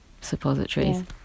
suppositories